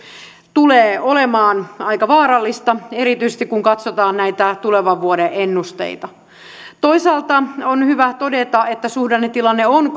tulee olemaan aika vaarallista erityisesti kun katsotaan tulevan vuoden ennusteita toisaalta on hyvä todeta että suhdannetilanne on